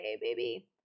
baby